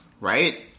right